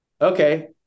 okay